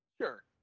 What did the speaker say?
Sure